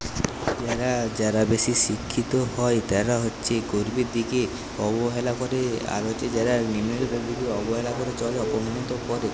আপনারা যারা বেশি শিক্ষিত হয় তারা হচ্ছে গরিবের দিকে অবহেলা করে আর হচ্ছে যারা হচ্ছে অবহেলা করে চলে অপমানিত করে